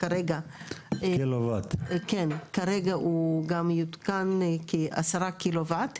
כרגע הוא גם יתוקן כ- 10 קילו וואט,